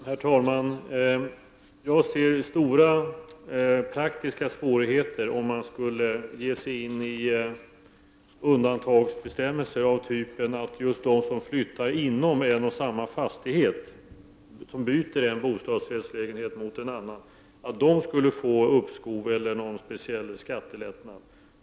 Herr talman! Jag ser stora praktiska svårigheter i att ge sig in i undantagsbestämmelser av den typen att just de som flyttar inom en och samma fastighet, de som byter en bostadslägenhet mot en annan, skulle få uppskov eller någon speciell skattelättnad.